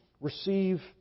receive